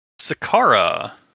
Sakara